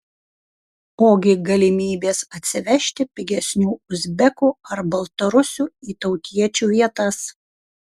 ogi galimybės atsivežti pigesnių uzbekų ar baltarusių į tautiečių vietas